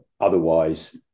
otherwise